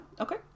Okay